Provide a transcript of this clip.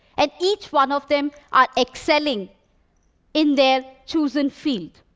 and each one of them are excelling in their chosen field,